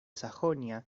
sajonia